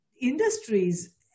industries